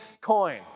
coin